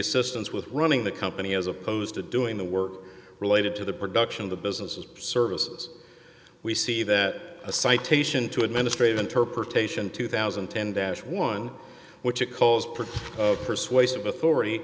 systems with running the company as opposed to doing the work related to the production of the businesses services we see that a citation to administrative interpretation two thousand and ten dash one which it calls pretty persuasive authority